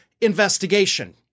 investigation